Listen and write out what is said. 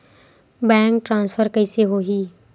Bank transfer कइसे होही?